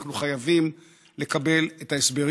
אנחנו חייבים לקבל את ההסברים.